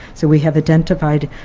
so we have identified,